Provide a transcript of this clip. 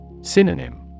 Synonym